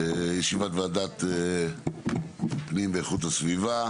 ישיבת ועדת פנים ואיכות הסביבה.